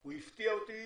הוא הפתיע אותי